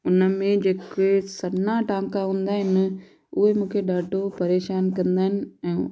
उन में जे के सन्हा टांका हूंदा आहिनि उहे मूंखे ॾाढो परेशान कंदा आहिनि ऐं